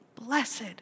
Blessed